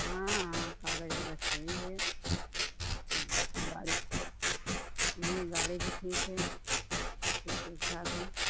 हाँ हाँ कागज़ वग़ैरह सही है गाड़ी नहीं गाड़ी भी ठीक है सबकुछ ठीक ठाक है